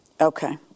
Okay